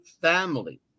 family